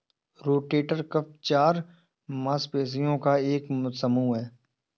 rotator cuff चार मांसपेशियों का एक समूह है